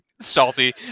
Salty